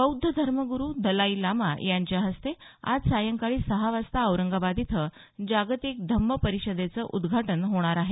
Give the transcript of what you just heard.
बौध्द धर्मगुरू Dalai Lama यांच्या हस्ते आज संध्याकाळी सहा वाजता औरंगाबाद इथं जागतिक धम्म परिषदेचं उद्घाटन होणार आहे